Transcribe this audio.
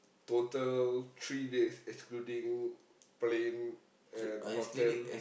total three days excluding plane and hotel